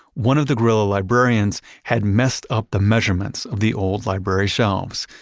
one of the guerrilla librarians had messed up the measurements of the old library shelves.